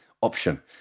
option